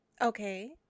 Okay